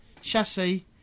chassis